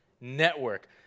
Network